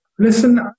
Listen